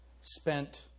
spent